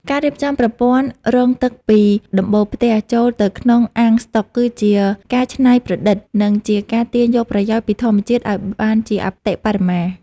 ការរៀបចំប្រព័ន្ធរងទឹកពីដំបូលផ្ទះចូលទៅក្នុងអាងស្តុក គឺជាការច្នៃប្រឌិត និងជាការទាញយកប្រយោជន៍ពីធម្មជាតិឱ្យបានជាអតិបរមា។